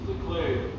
declared